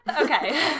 Okay